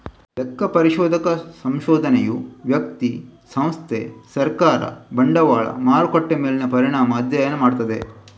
ಲೆಕ್ಕ ಪರಿಶೋಧಕ ಸಂಶೋಧನೆಯು ವ್ಯಕ್ತಿ, ಸಂಸ್ಥೆ, ಸರ್ಕಾರ, ಬಂಡವಾಳ ಮಾರುಕಟ್ಟೆ ಮೇಲಿನ ಪರಿಣಾಮ ಅಧ್ಯಯನ ಮಾಡ್ತದೆ